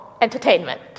entertainment